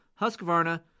Husqvarna